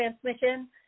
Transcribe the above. transmission